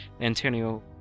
Antonio